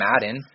Madden